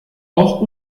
auch